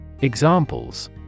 Examples